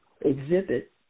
exhibit